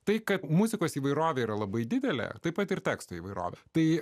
tai kad muzikos įvairovė yra labai didelė taip pat ir tekstų įvairovė tai